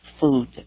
food